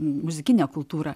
muzikinę kultūrą